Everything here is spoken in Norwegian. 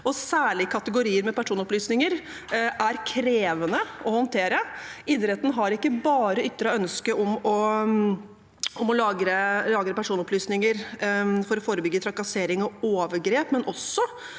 Særlig er kategorier med personopplysninger krevende å håndtere. Idretten har ikke bare ytret ønske om å lagre personopplysninger for å forebygge trakassering og overgrep, men også